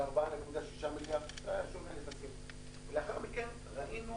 על 4,6 מיליארד, ולאחר מכן ראינו